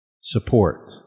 support